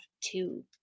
two